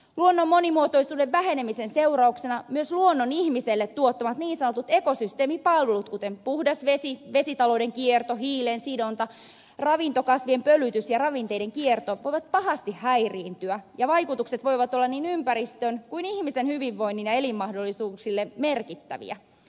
luonnon monimuotoisuuden vähenemisen seurauksena myös luonnon ihmiselle tuottamat niin sanotut ekosysteemipalvelut kuten puhdas vesi vesitalouden kierto hiilen sidonta ravintokasvien pölytys ja ravinteiden kierto voivat pahasti häiriintyä ja vaikutukset voivat olla niin ympäristön kuin ihmisen hyvinvoinnille ja elinmahdollisuuksille merkittäviä